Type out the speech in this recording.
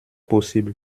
possible